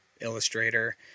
illustrator